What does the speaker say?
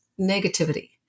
negativity